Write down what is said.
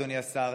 אדוני השר,